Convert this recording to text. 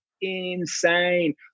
insane